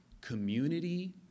community